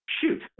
Shoot